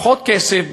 פחות כסף,